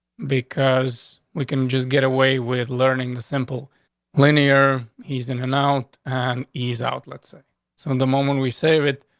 because we can just get away with learning the simple linear he's in announced on and ease out. let's say so in the moment we save it.